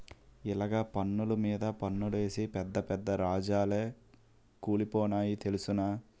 ఇలగ పన్నులు మీద పన్నులేసి పెద్ద పెద్ద రాజాలే కూలిపోనాయి తెలుసునా